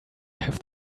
have